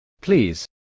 Please